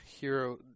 hero